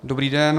Dobrý den.